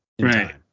Right